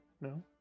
No